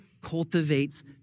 cultivates